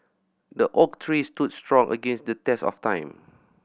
the oak tree stood strong against the test of time